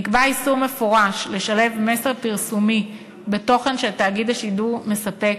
נקבע איסור מפורש לשלב מסר פרסומי בתוכן שתאגיד השידור מספק,